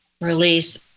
release